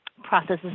processes